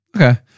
Okay